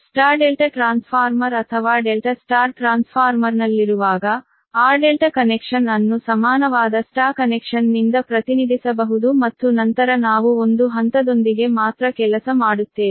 Y ∆ transformer ಅಥವಾ ∆ Y ಟ್ರಾನ್ಸ್ಫಾರ್ಮರ್ನಲ್ಲಿರುವಾಗ ಆ ∆ ಕನೆಕ್ಷನ್ ಅನ್ನು ಸಮಾನವಾದ Y ಕನೆಕ್ಷನ್ ನಿಂದ ಪ್ರತಿನಿಧಿಸಬಹುದು ಮತ್ತು ನಂತರ ನಾವು ಒಂದು ಹಂತದೊಂದಿಗೆ ಮಾತ್ರ ಕೆಲಸ ಮಾಡುತ್ತೇವೆ